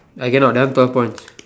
I cannot that one twelve points